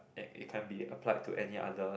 and it can be applied to any other